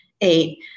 Eight